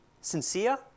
sincere